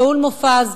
שאול מופז,